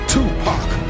Tupac